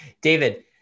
david